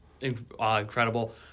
incredible